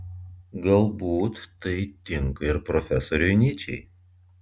galbūt tai tinka ir profesoriui nyčei